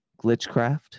glitchcraft